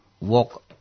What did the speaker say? walk